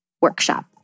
workshop